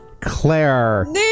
Claire